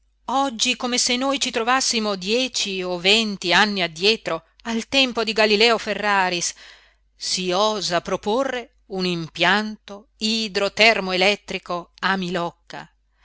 oggi come se noi ci trovassimo dieci o venti anni addietro al tempo di galileo ferraris si osa proporre un impianto idro-termo-elettrico a milocca